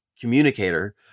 communicator